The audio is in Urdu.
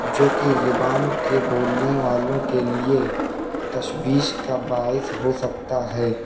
جوکہ زبان کے بولنے والوں کے لیے تشویش کا باعث ہو سکتا ہے